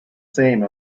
same